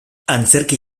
antzerki